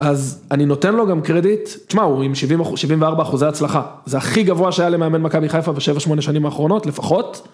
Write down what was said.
אז אני נותן לו גם קרדיט, תשמע, הוא עם 74 אחוזי הצלחה, זה הכי גבוה שהיה למאמן מכבי חיפה בשבע, שמונה שנים האחרונות לפחות.